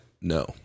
no